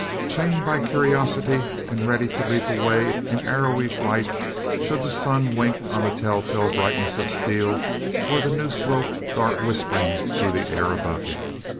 chained by curiosity, and ready to leap away in arrowy flight should the sun wink on the tell-tale brightness of steel or the noosed rope dart whispering through the air above him.